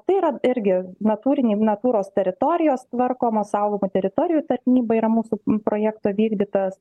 tai yra irgi natūriniai natūros teritorijos tvarkomos saugomų teritorijų tarnyba yra mūsų projekto vykdytojas